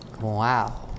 Wow